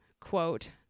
quote